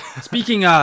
Speaking